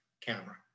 camera